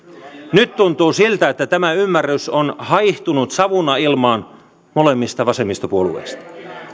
nyt tuntuu siltä että tämä ymmärrys on haihtunut savuna ilmaan molemmista vasemmistopuolueista